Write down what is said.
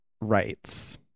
rights